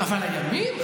אבל הימין?